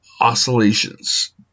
oscillations